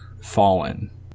fallen